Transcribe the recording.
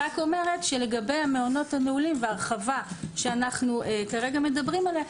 לגבי המעונות המנעולים וההרחבה שאנו מדברים עליה,